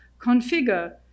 configure